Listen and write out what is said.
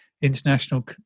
international